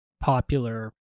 popular